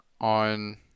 on